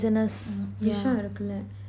mm வேஷம் இருக்குல்ல:vesam irukula